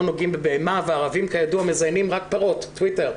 נוגעים בבהמה וערבים כידוע מזיינים רק פרות" טוויטר.